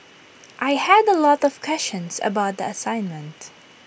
I had A lot of questions about the assignment